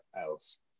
else